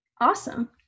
Awesome